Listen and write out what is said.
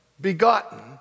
begotten